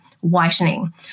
whitening